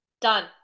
Done